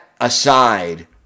aside